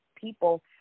people